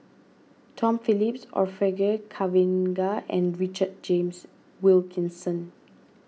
Tom Phillips Orfeur Cavenagh and Richard James Wilkinson